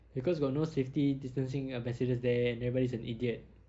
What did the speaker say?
because got no safety distancing ambassadors there and everybody's an idiot